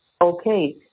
okay